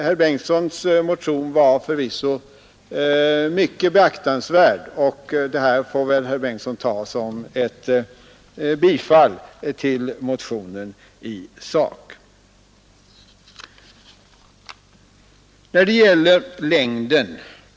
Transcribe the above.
Herr Bengtssons motion var förvisso mycket beaktansvärd, och det här får väl herr Bengtsson ta som ett bifall i sak till motionen.